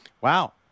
Wow